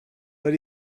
but